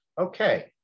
Okay